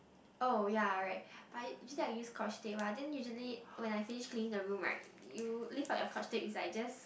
oh ya right but actually I use scotch tape lah then usually when I phase clean the room right you leave out your scotch tape is like just